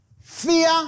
fear